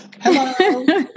Hello